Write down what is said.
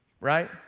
Right